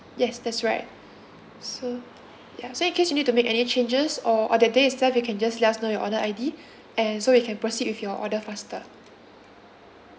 yes that's right so yeah so in case you need to make any changes or on that day itself you can just let us know your order I_D and so we can proceed with your order faster